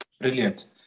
Brilliant